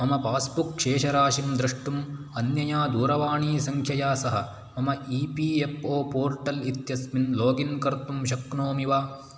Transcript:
मम पास्बुक् शेषराशिं द्रष्टुम् अन्यया दूरवाणीसङ्ख्यया सह मम E P F O portal इत्यस्मिन् लोगिन् कर्तुं शक्नोमि वा